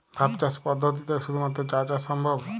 ধাপ চাষ পদ্ধতিতে শুধুমাত্র চা চাষ সম্ভব?